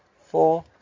four